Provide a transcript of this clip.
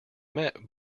met